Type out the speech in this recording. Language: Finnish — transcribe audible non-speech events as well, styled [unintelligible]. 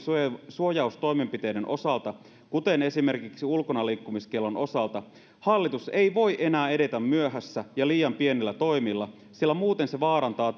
suojaustoimenpiteiden osalta kuten esimerkiksi ulkonaliikkumiskiellon osalta hallitus ei voi enää edetä myöhässä ja liian pienillä toimilla sillä muuten se vaarantaa [unintelligible]